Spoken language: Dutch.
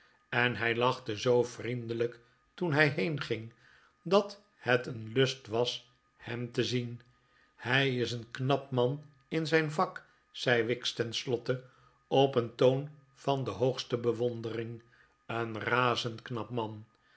en hij lachte zoo vriendelijk toen hij heenging dat het een lust was hem te zien hij is een knap man in zijn vak zei wicks ten slotte op een toon van de hoogste bewondering een razend knap man